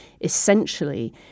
essentially